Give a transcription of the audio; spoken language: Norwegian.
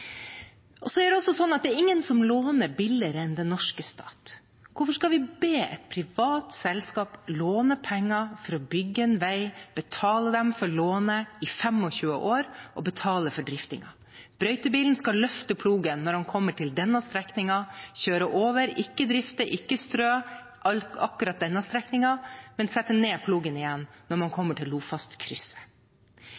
Det er ingen som låner billigere enn den norske stat. Hvorfor skal vi be et privat selskap låne penger for å bygge en vei, betale dem for lånet i 25 år og betale for driftingen? Brøytebilen skal løfte plogen når den kommer til denne strekningen, kjøre over, ikke drifte, ikke strø akkurat denne strekningen, men sette ned plogen igjen når